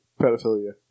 Pedophilia